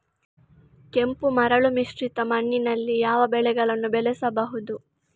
ಕೆಂಪು ಮರಳು ಮಿಶ್ರಿತ ಮಣ್ಣಿನಲ್ಲಿ ಯಾವ ಬೆಳೆಗಳನ್ನು ಬೆಳೆಸಬಹುದು?